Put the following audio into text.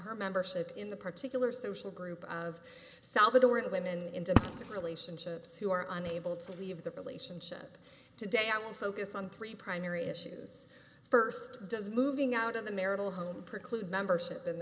her membership in the particular social group of salvadoran women into relationships who are on able to leave the relationship today i will focus on three primary issues first does moving out of the marital home preclude membership